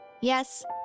Yes